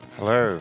Hello